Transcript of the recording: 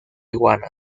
iguana